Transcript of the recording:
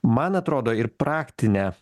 man atrodo ir praktinę